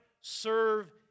serve